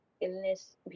illness